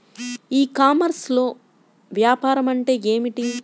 ఈ కామర్స్లో వ్యాపారం అంటే ఏమిటి?